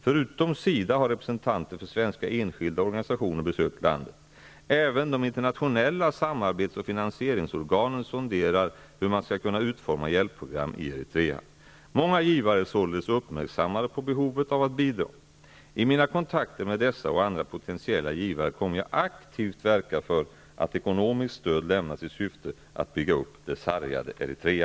Förutom SIDA har representanter för svenska enskilda organisationer besökt landet. Även de internationella samarbetsoch finansieringsorganen sonderar hur man skall kunna utforma hjälpprogram i Eritrea. Många givare är således uppmärksammade på behovet av att bidra. I mina kontakter med dessa och andra potentiella givare kommer jag att aktivt verka för att ekonomiskt stöd lämnas i syfte att bygga upp det sargade Eritrea.